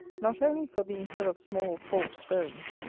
not only for being full of small forked bones,